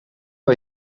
are